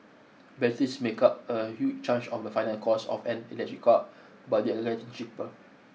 batteries make up a huge of the final cost of an electric car but they are getting cheaper